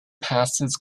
passes